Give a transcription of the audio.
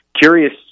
Curious